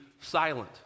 silent